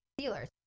Steelers